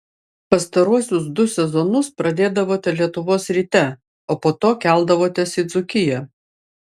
pastaruosius du sezonus pradėdavote lietuvos ryte o po to keldavotės į dzūkiją